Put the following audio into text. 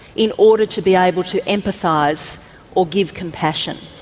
in order to be able to empathise or give compassion?